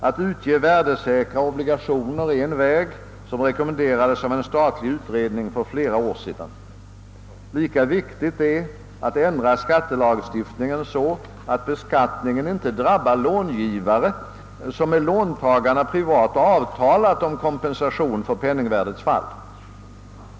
Att utge värdesäkra obligationer är en väg som rekommenderades av en statlig utredning för flera år sedan. Lika viktigt är att ändra skattelagstiftningen så, att beskattning inte drabbar långivare som med låntagarna privat avtalat kompensation för penningvärdets fall.